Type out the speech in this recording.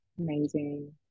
Amazing